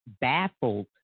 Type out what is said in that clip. baffled